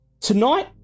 Tonight